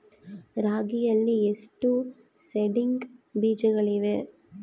ರಾಗಿಯಲ್ಲಿ ಎಷ್ಟು ಸೇಡಿಂಗ್ ಬೇಜಗಳಿವೆ?